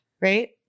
right